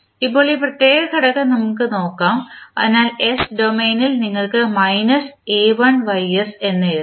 ഇപ്പോൾ ഈ പ്രത്യേക ഘടകം നമുക്ക് നോക്കാം അതിനാൽ s ഡൊമെയ്നിൽ നിങ്ങൾക്ക് മൈനസ് a1y എന്ന് എഴുതാം